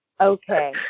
Okay